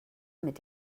mit